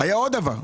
היה עוד דבר.